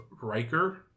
Riker